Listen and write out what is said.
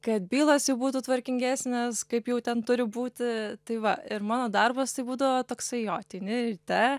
kad bylos jau būtų tvarkingesnės kaip jau ten turi būti tai va ir mano darbas tai būdavo toksai jo ateini ryte